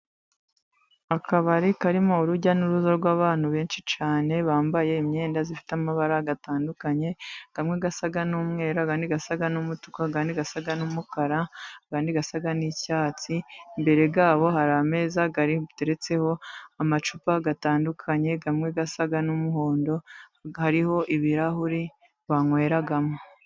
Akabari karimo urujya n'uruza rw'abantu benshi cyane, bambaye imyenda ifite amabara atandukanye, amwe asa n'umweru, andi asa n'umutuku, andi asa n'umukara, andi asa n'icyatsi, imbere yabo hari ameza ateretseho amacupa atandukanye, amwe asa n'umuhondo, hariho ibirahuri banyweramo.